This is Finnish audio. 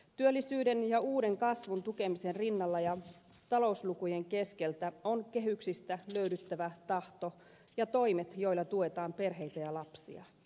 työllisyyden ja uuden kasvun tukemisen rinnalla ja talouslukujen keskeltä on kehyksistä löydyttävä tahto ja toimet joilla tuetaan perheitä ja lapsia